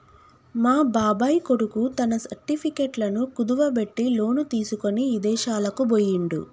మా బాబాయ్ కొడుకు తన సర్టిఫికెట్లను కుదువబెట్టి లోను తీసుకొని ఇదేశాలకు బొయ్యిండు